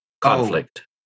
conflict